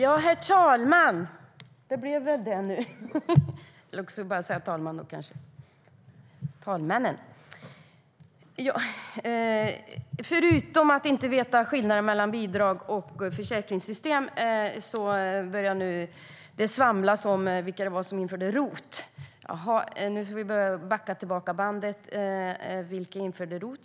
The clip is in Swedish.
Herr talman! Förutom att man inte vet skillnaden mellan bidrags och försäkringssystem börjar man nu svamla om vilka det var som införde ROT-avdraget. Nu får vi backa bandet. Vilka var det som införde ROT-avdraget?